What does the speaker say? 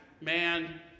man